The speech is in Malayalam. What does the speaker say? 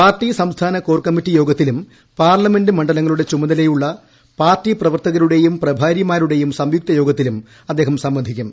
പാർട്ടി സംസ്ഥാന കോർ കമ്മറ്റി യോഗത്തിലും പാർലമെൻറ് മണ്ഡലങ്ങളുടെ ചുമതലയുള്ള പാർട്ടി പ്രവർത്തകരുടെയും പ്രഭാരിമാരുടെയും സംയുക്ത യോഗത്തിലും അദ്ദേഹം സംബന്ധിക്കും